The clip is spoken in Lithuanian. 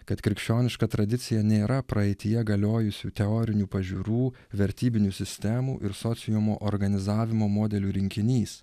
kad krikščioniška tradicija nėra praeityje galiojusių teorinių pažiūrų vertybinių sistemų ir sociumo organizavimo modelių rinkinys